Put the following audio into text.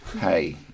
hey